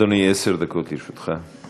אדוני, עשר דקות לרשותך.